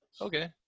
Okay